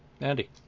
Andy